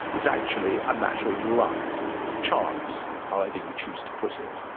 it's actually a matter of luck, of chance, however you choose to put it.